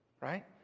Right